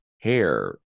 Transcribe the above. hair